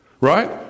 right